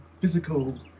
physical